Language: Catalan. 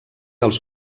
els